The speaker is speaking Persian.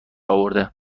اورده